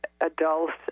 adults